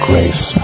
Grace